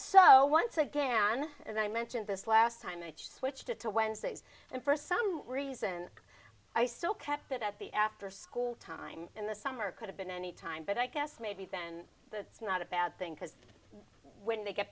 so once again and i mentioned this last time i just switched it to wednesdays and first some reason i still kept it at the after school time in the summer could have been any time but i guess maybe then that's not a bad thing because when they get